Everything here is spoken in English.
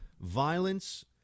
violence